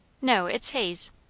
no, it's haze.